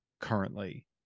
currently